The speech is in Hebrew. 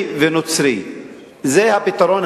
משא-ומתן.